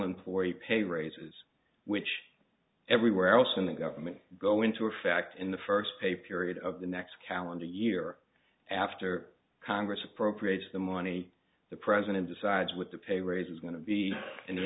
employee pay raises which everywhere else in the government go into effect in the first pay period of the next calendar year after congress appropriates the money the president decides what the pay raise is going to be and the